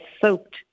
soaked